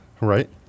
Right